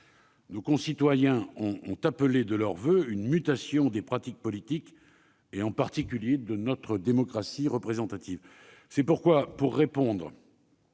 nos concitoyens ont appelé de leurs voeux une mutation des pratiques politiques, en particulier de notre démocratie représentative. C'est pourquoi, pour répondre